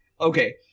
okay